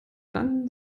dann